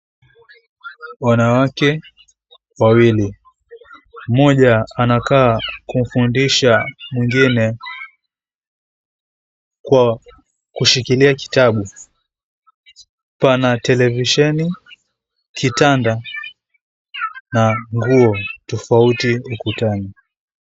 Wanawake wawili. Mmoja anakaa kumfundisha mwingine kwa kushikilia kitabu. Pana televisheni, kitanda na nguo tofauti ukutani.